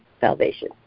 salvation